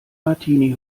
martini